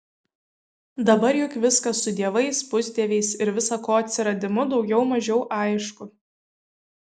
dabar juk viskas su dievais pusdieviais ir visa ko atsiradimu daugiau mažiau aišku